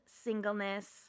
singleness